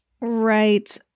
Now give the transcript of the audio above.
Right